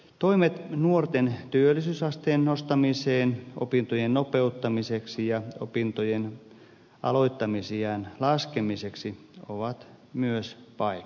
toimet nuorten työllisyysasteen nostamiseksi opintojen nopeuttamiseksi ja opintojen aloittamisiän laskemiseksi ovat myös paikallaan